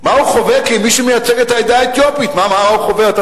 מה הוא חווה כמי שמייצג את העדה האתיופית,